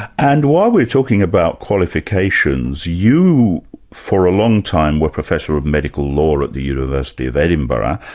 and while we're talking about qualifications, you for a long time, were professor of medical law at the university of edinburgh,